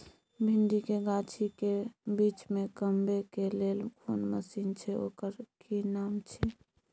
भिंडी के गाछी के बीच में कमबै के लेल कोन मसीन छै ओकर कि नाम छी?